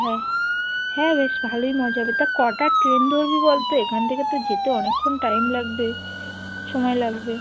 হ্যাঁ হ্যাঁ বেশ ভালোই মজা হবে তা কটার ট্রেন ধরবি বল তো এখান থেকে তো যেতে অনেকক্ষণ টাইম লাগবে সময় লাগবে